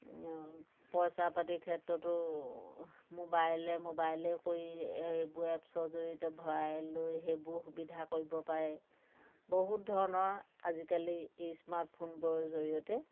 পইচা পাতিৰ ক্ষেত্ৰতো মোবাইলে মোবাইলে কৰি এইবোৰ এপছৰ জৰিয়তে ভৰাই লৈ সেইবোৰ সুবিধা কৰিব পাৰে বহুত ধৰণৰ আজিকালি স্মাৰ্টফোনবোৰৰ জৰিয়তে